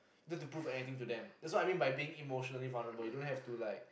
just to prove anything to them that's what I mean by being emotionally vulnerable you don't have to like